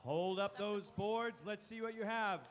hold up those boards let's see what you have